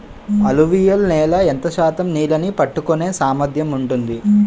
అలువియలు నేల ఎంత శాతం నీళ్ళని పట్టుకొనే సామర్థ్యం ఉంటుంది?